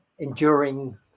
enduring